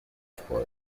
for